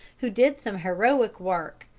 who did some heroic work,